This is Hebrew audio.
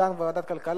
ודנו בו בוועדת הכלכלה.